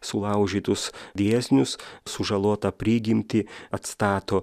sulaužytus dėsnius sužalotą prigimtį atstato